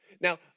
now